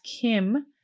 Kim